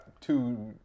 two